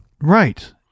Right